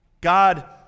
God